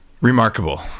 remarkable